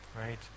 right